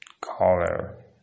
color